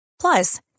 Plus